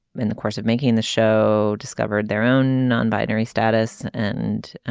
in the course of making the show discovered their own non binary status and